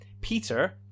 Peter